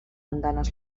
andanes